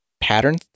patterns